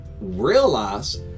realize